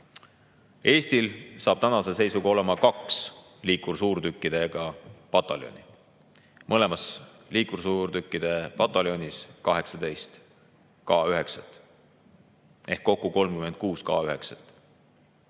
Eestil hakkab tänase seisuga olema kaks liikursuurtükkidega pataljoni, mõlemas liikursuurtükkide pataljonis 18 K9-t ehk kokku 36 K9-t.